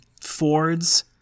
Ford's